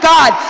God